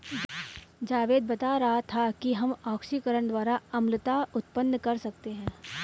जावेद बता रहा था कि हम ऑक्सीकरण द्वारा अम्लता उत्पन्न कर सकते हैं